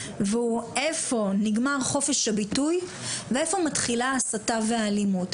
והוא: איפה נגמר חופש הביטוי ואיפה מתחילות הסתה ואלימות.